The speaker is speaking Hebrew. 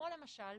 למשל,